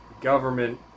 government